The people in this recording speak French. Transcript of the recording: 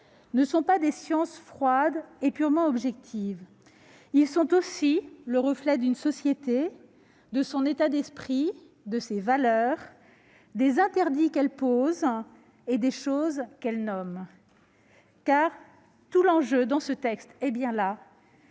ne sont pas des sciences froides et purement objectives. Ils sont aussi le reflet d'une société, de son état d'esprit, de ses valeurs, des interdits qu'elle pose et des choses qu'elle nomme. Car tout l'enjeu de ce texte est bien là